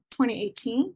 2018